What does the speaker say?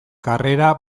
karrera